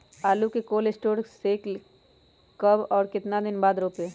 आलु को cold store से ले के कब और कितना दिन बाद रोपे?